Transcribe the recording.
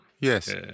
yes